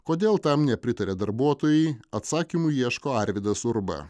kodėl tam nepritaria darbuotojai atsakymų ieško arvydas urba